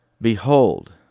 Behold